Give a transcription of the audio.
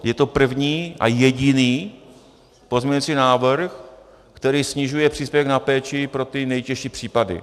Je to první a jediný pozměňovací návrh, který snižuje příspěvek na péči pro ty nejtěžší případy.